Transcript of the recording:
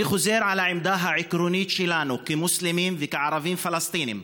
אני חוזר על העמדה העקרונית שלנו כמוסלמים וכערבים פלסטינים: